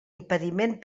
impediment